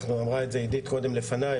אמרה את זה עידית קודם לפני,